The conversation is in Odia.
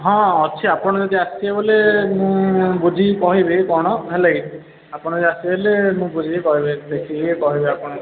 ହଁ ଅଛି ଆପଣ ଯଦି ଆସିବେ ବୋଲେ ମୁଁ ବୁଝିକି କହିବି କ'ଣ ହେଲାକି ଆପଣ ଆସିବେ ବୋଲେ ମୁଁ ବୁଝିକି କହିବି ଦେଖିକି କହିବି ଆପଣ